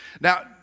Now